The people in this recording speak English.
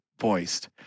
voiced